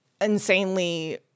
insanely